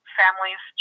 families